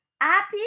happy